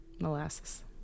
Molasses